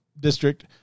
District